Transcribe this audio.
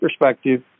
perspective